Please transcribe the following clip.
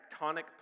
tectonic